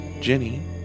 Jenny